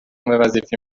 وظیفه